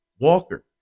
Walker